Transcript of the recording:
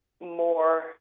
more